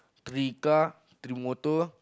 three car three motor